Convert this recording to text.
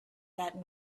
that